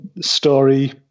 story